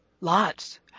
lots